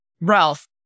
Ralph